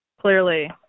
clearly